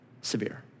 severe